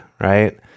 right